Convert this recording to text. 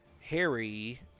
harry